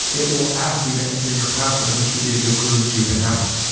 it will ask you to enter in your password, which would be a good clue that you've been hacked.